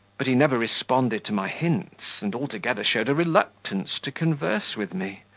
but he never responded to my hints, and altogether showed a reluctance to converse with me.